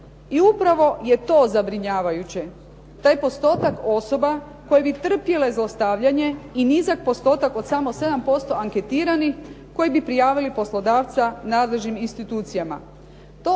I upravo je to zabrinjavajuće. Taj postotak osoba koje bi trpjele zlostavljanje i nizak postotak od samo 7% anketiranih koji bi prijavili poslodavca nadležnim institucijama. To,